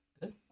Good